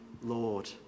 Lord